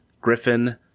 Griffin